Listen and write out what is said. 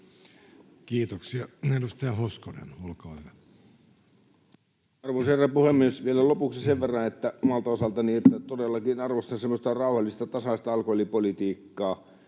Kiitoksia. — Edustaja Hoskonen, olkaa hyvä. Arvoisa herra puhemies! Vielä lopuksi omalta osaltani sen verran, että todellakin arvostan semmoista rauhallista, tasaista alkoholipolitiikkaa.